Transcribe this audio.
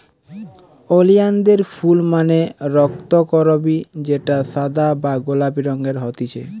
ওলিয়ানদের ফুল মানে রক্তকরবী যেটা সাদা বা গোলাপি রঙের হতিছে